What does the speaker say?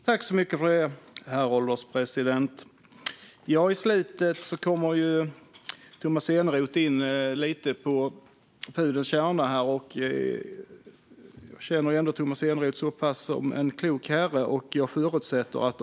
Herr ålderspresident! I slutet kommer Tomas Eneroth in lite grann på pudelns kärna. Jag känner Tomas Eneroth så pass mycket att jag vet att han är en klok herre.